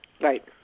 Right